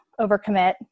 overcommit